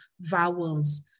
vowels